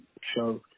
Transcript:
show